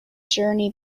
journey